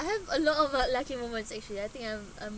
I have a lot of uh lucky moments actually I think I'm I'm